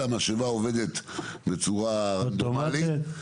אלא המשאבה עובדת בצורה רנדומלית.